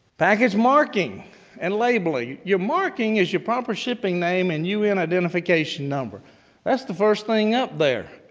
package marking and labeling. your marking is your proper shipping name and un identification number that's the first thing up there.